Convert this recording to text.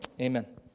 Amen